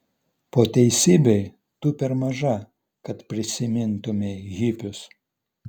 po teisybei tu per maža kad prisimintumei hipius